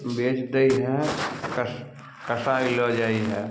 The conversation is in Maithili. बेच दै हइ कस कसाइ लअ जाइ हइ